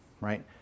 right